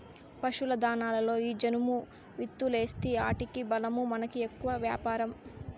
పశుల దాణాలలో ఈ జనుము విత్తూలేస్తీ ఆటికి బలమూ మనకి ఎక్కువ వ్యాపారం